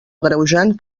agreujant